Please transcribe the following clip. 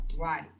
Right